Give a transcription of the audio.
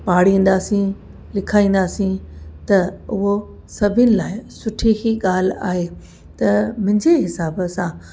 पाढ़ींदासीं लिखाईंदासीं त उहो सभिनि लाइ सुठी ई ॻाल्हि आहे त मुंहिंजे हिसाब सां